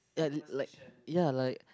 ya like ya like